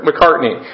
McCartney